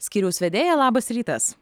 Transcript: skyriaus vedėja labas rytas